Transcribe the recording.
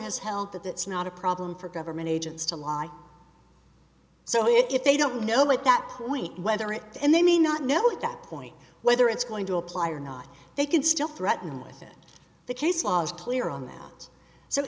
has held that it's not a problem for government agents to lie so if they don't know at that point whether it and they may not know at that point whether it's going to apply or not they can still threaten with it the case law is clear on that so